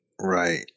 Right